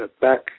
back